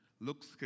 looks